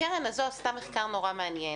הקרן הזו עשתה מחקר מאוד מעניין.